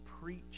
preach